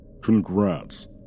Congrats